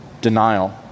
denial